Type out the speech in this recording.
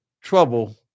trouble